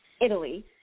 Italy